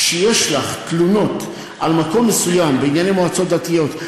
כשיש לך תלונות על מקום מסוים בענייני מועצות דתיות,